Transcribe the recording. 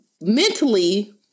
mentally